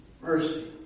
mercy